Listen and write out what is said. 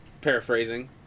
paraphrasing